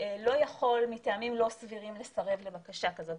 לא יכול מטעמים לא סבירים לסרב לבקשה כזאת.